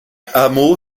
hameau